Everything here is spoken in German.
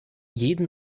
jeden